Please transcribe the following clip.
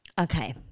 Okay